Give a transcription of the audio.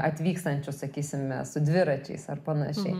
atvykstančių sakysime su dviračiais ar panašiai